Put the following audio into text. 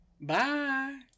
bye